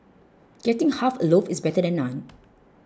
getting half a loaf is better than none